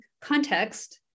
context